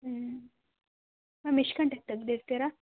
ಹ್ಞೂ ಮ್ಯಾಮ್ ಎಷ್ಟು ಗಂಟೆಗೆ ತೆಗ್ದಿರ್ತೀರಾ